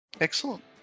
Excellent